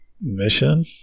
mission